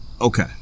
Okay